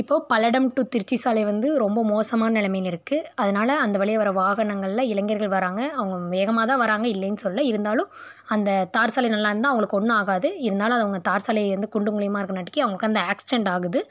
இப்போது பல்லடம் டு திருச்சி சாலை வந்து ரொம்ப மோசமான நிலமையில இருக்குது அதனால அந்த வழியாக வர வாகனங்களில் இளைஞர்கள் வர்றாங்க அவங்க வேகமாக தான் வர்றாங்க இல்லைன்னு சொல்லலை இருந்தாலும் அந்த தார் சாலை நல்லாயிருந்தா அவங்களுக்கு ஒன்றும் ஆகாது இருந்தாலும் அதை அவங்க தார் சாலை வந்து குண்டும் குழியுமாக இருக்கிறங்காட்டிக்கு அவங்களுக்கு அந்த ஆக்சிடன்ட் ஆகுது